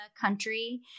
country